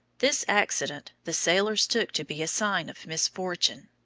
this accident the sailors took to be a sign of misfortune.